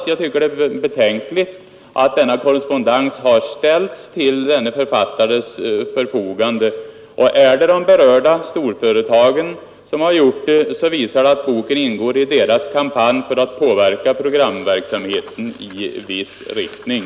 Jag tycker det är betänkligt att denna korrespondens har ställts till dennes författares förfogande. Är det de berörda storföretagen som har gjort det, visar det att boken ingår i deras kampanj för att påverka programverksamheten i viss riktning.